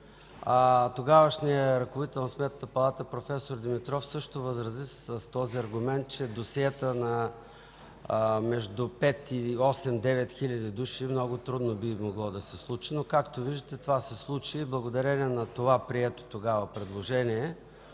тогавашният ръководител на Сметната палата проф. Димитров също възрази с аргумента, че досиета до пет, осем, 9000 души много трудно би могло да се случи, но както виждате, това се случи благодарение на това прието тогава предложение.